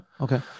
okay